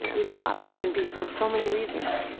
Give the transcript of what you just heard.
and we stop. and it can be for so many reasons.